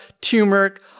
turmeric